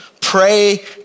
pray